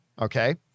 okay